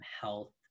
health